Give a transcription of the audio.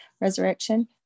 resurrection